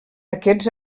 aquests